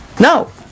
No